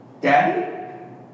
Daddy